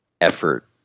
effort